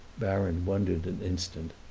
baron wondered an instant.